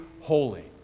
holy